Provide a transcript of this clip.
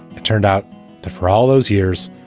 it turned out that for all those years,